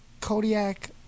Kodiak